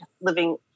living